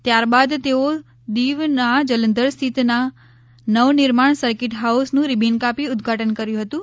ત્યારબાદ તેઓ દીવના જલંધર સ્થિત નવનિર્માણ સર્કિટ હાઉસ નુ રીબીન કાપી ઉદ્વાટન કર્યુ હતું